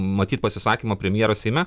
matyt pasisakymą premjero seime